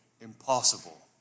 impossible